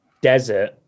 desert